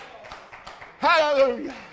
Hallelujah